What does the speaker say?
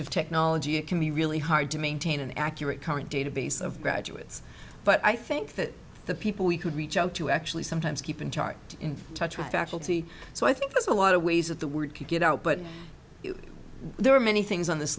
of technology it can be really hard to maintain an accurate current database of graduates but i think that the people we could reach out to actually sometimes keep in charge in touch with faculty so i think there's a lot of ways that the word can get out but there are many things on this